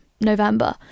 November